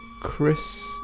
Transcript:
Chris